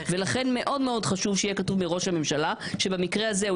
ולכן מאוד מאוד חשוב שיהיה כתוב 'מראש הממשלה' כשבמקרה הזה הוא